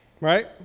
right